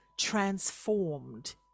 transformed